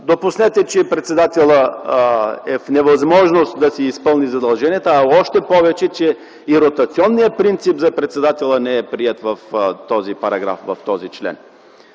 Допуснете, че председателят е в невъзможност да си изпълни задълженията, а още повече, че и ротационният принцип за председателя не е приет в този параграф, в този член.